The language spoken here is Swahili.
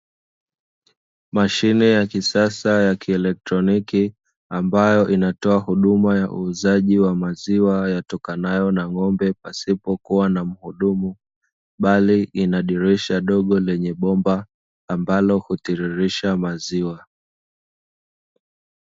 Mashine ya kisasa ya kielektroniki, ambayo inatoa huduma ya uuzaji wa maziwa yatokanayo na ng’ombe pasipokua na mhudumu, bali ina dirisha dogo lenye bomba ambalo hutiririsha maziwa.